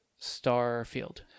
Starfield